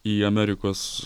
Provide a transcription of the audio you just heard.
į amerikos